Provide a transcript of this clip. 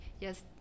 Yes